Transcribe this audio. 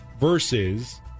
versus